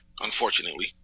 Unfortunately